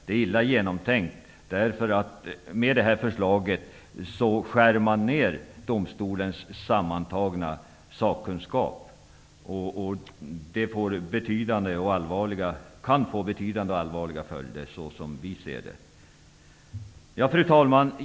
Det är illa genomtänkt därför att förslaget innebär nedskärning av domstolens sammantagna sakkunskap. Det kan få betydande och allvarliga följder, såsom vi ser det. Fru talman!